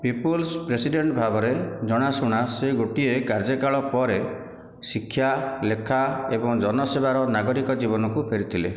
people's president ଭାବରେ ଜଣାଶୁଣା ସେ ଗୋଟିଏ କାର୍ଯ୍ୟକାଳ ପରେ ଶିକ୍ଷା ଲେଖା ଏବଂ ଜନସେବାର ନାଗରିକ ଜୀବନକୁ ଫେରିଥିଲେ